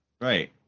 Right